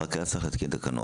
רק היה צריך להתקין תקנות.